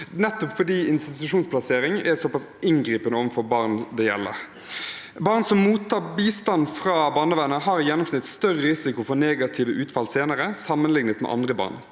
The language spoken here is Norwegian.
nettopp fordi institusjonsplassering er såpass inngripende overfor barna det gjelder. Barn som mottar bistand fra bar nevernet, har i gjennomsnitt større risiko for negative utfall senere sammenlignet med andre barn.